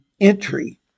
Entry